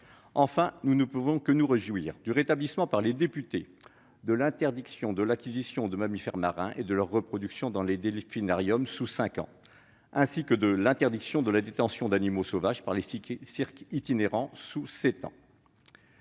Enfin, nous ne pouvons que nous réjouir du rétablissement par les députés de l'interdiction de l'acquisition de mammifères marins et de leur reproduction dans les delphinariums, dans un délai de cinq ans, et de l'interdiction de la détention d'animaux sauvages par les cirques itinérants, dans